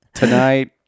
Tonight